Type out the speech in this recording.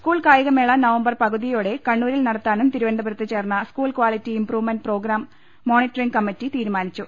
school കായികമേള November പകുതിയോടെ കണ്ണൂരിൽ നട ത്താനും തിരുവനന്തപുരത്ത് ചേർന്ന school quality improvement programme monitoring committee തീരുമാനിച്ചു